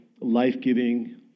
life-giving